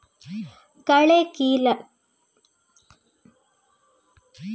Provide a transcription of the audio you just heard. ಕಳೆ ಕೀಳಲು ಯಾವ ಉಪಕರಣ ಒಳ್ಳೆಯದು?